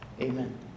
Amen